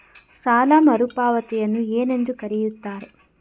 ಸಾಲ ಮರುಪಾವತಿಯನ್ನು ಏನೆಂದು ಕರೆಯುತ್ತಾರೆ?